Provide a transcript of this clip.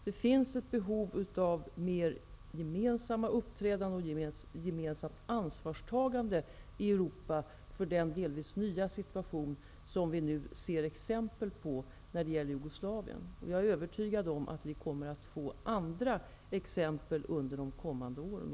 Det finns ett behov av mer gemensamma uppträdanden och gemensamt ansvarstagande i Europa för den delvis nya situation som vi nu ser exempel på i Jugoslavien. Jag är övertygad om att vi kommer att få andra exempel under de kommande åren.